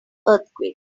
earthquake